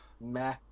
meh